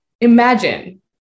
imagine